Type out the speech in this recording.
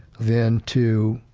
then to,